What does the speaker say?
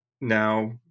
now